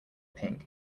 pink